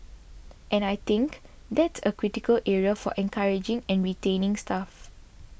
and I think that's a critical area of encouraging and retaining staff